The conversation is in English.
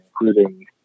including